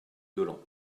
dolent